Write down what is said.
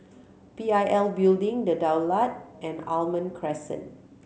P I L Building The Daulat and Almond Crescent